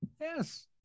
Yes